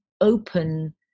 open